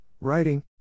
writing